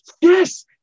yes